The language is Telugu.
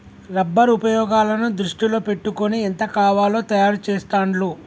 రబ్బర్ ఉపయోగాలను దృష్టిలో పెట్టుకొని ఎంత కావాలో తయారు చెస్తాండ్లు